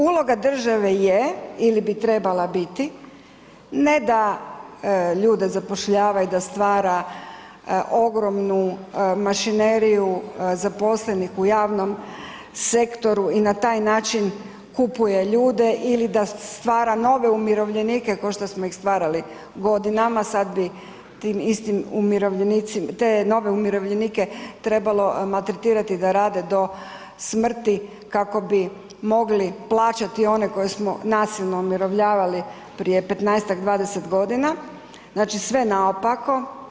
Uloga države je ili bi trebala biti ne da ljude zapošljava i da stvara ogromnu mašineriju zaposlenih u javnom sektoru i na taj način kupuje ljude ili da stvara nove umirovljenike ko što smo ih stvarali godinama, sad bi tim istim, te nove umirovljenike trebalo maltretirati da rade do smrti kao bi mogli plaćati one koje nasilno umirovljavali prije 15-tak, 20 godina, znači sve naopako.